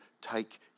take